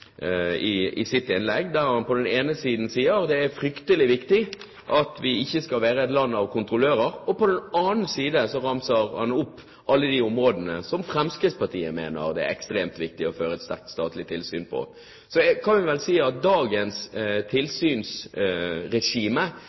var i sitt innlegg inne på – og det er fryktelig viktig – at vi ikke skal være et land av kontrollører. På den annen side ramset han opp alle de områdene hvor Fremskrittspartiet mener det er ekstremt viktig å føre et sterkt statlig tilsyn. Litt av det som er problemet og utfordringen i dette er selvfølgelig at dagens tilsynsregime